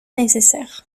nécessaire